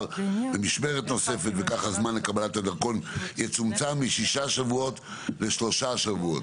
במשמרת נוספת וכך הזמן לקבלת הדרכון יצומצם משישה שבועות לשלושה שבועות.